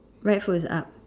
right foot is up